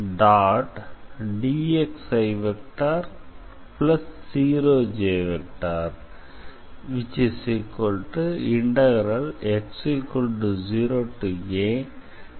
dxi0jx0ax2dxa33என கிடைக்கிறது